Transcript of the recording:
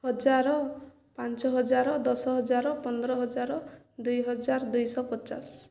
ହଜାର ପାଞ୍ଚ ହଜାର ଦଶ ହଜାର ପନ୍ଦର ହଜାର ଦୁଇ ହଜାର ଦୁଇ ଶହ ପଚାଶ